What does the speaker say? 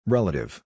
Relative